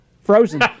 Frozen